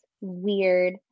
weird